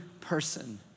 person